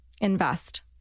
Invest